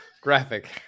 graphic